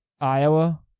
Iowa